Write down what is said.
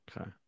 Okay